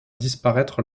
disparaître